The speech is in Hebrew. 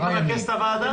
מי מרכז את הוועדה?